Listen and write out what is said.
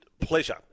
pleasure